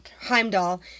Heimdall